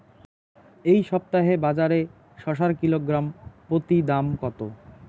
এই সপ্তাহে বাজারে শসার কিলোগ্রাম প্রতি দাম কত?